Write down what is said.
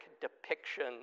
depiction